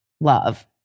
love